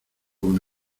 con